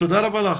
תודה רבה לך.